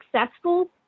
successful